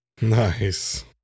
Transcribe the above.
Nice